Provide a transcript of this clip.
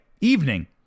evening